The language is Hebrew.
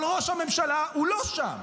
אבל ראש הממשלה לא שם.